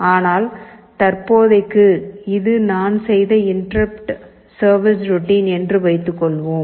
ஆனால் தற்போதைக்கு இது நான் செய்த இன்டெர்ருப்ட் சர்விஸ் ரோட்டின் என்று வைத்துக்கொள்வோம்